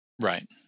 Right